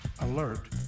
Alert